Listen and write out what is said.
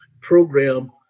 program